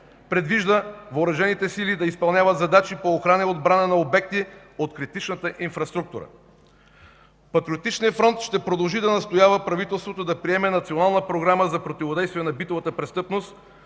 предвижда Въоръжените сили да изпълняват задачи по охрана и отбрана на обекти от критичната инфраструктура. Патриотичният фронт ще продължи да настоява правителството да приеме Национална програма за противодействие на битовата престъпност,